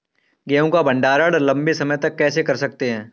गेहूँ का भण्डारण लंबे समय तक कैसे कर सकते हैं?